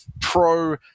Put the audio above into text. pro